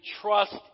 trust